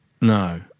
No